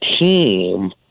team